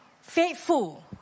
faithful